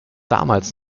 damals